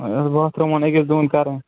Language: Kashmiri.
وۅنۍ أسۍ باتھ روٗمن أکِس دۅن کَرُن